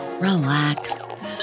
relax